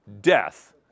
death